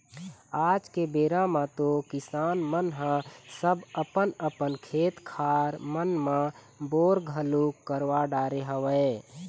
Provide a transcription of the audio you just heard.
आज के बेरा म तो किसान मन ह सब अपन अपन खेत खार मन म बोर घलोक करवा डरे हवय